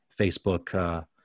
Facebook